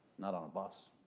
not on a bus,